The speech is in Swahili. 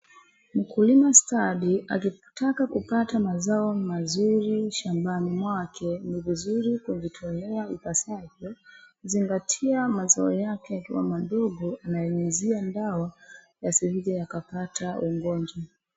Mkulima stadi akitaka kupata mazao mazuri shambani mwake ni vizuri kuvitumia ipasavyo, kuzingatia mazao yake yakiwa madogo anainyunyizia dawa yasije yakapa ugonjwa.